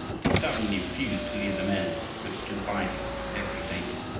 but he stubbornly refused to leave the men who had stood by him in every danger.